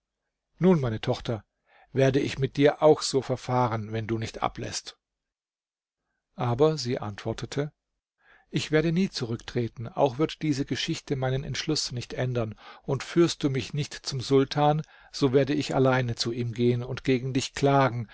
nun meine tochter werde ich mit dir auch so verfahren wenn du nicht abläßt aber sie antwortete ich werde nie zurücktreten auch wird diese geschichte meinen entschluß nicht ändern und führst du mich nicht zum sultan so werde ich allein zu ihm gehen und gegen dich klagen